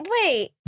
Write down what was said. wait